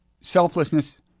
selflessness